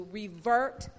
revert